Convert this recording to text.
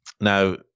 Now